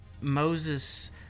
Moses